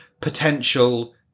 potential